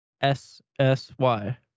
S-S-Y